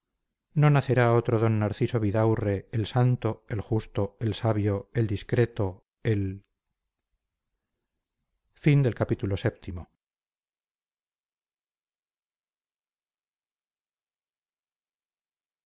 no nacerá otro d narciso vidaurre el santo el justo el sabio el discreto el